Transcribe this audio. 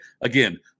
Again